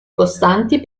costanti